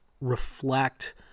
reflect